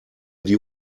die